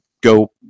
go